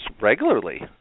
regularly